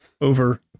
over